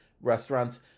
Restaurants